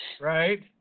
Right